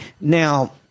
Now